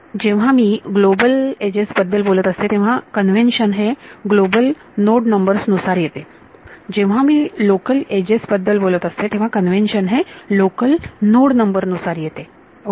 जेव्हा मी global edges बद्दल बोलत असते तेव्हा कन्वेंशन हे ग्लोबल नोड नंबर्स नुसार येते जेव्हा मी लोकल एजेस बद्दल बोलत असते तेव्हा कन्व्हेन्शन हे लोकल नोड नंबर नुसार येते ओके